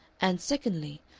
and, secondly,